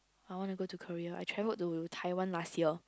I wanna go to Korea I traveled to Taiwan last year